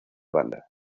banda